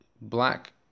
black